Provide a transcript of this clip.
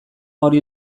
hori